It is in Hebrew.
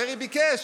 דרעי ביקש,